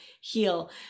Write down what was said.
heal